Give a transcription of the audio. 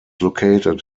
located